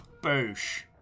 Boosh